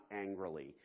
angrily